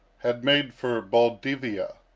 had made for baldivia,